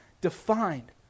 defined